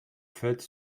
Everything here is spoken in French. faites